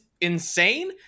insane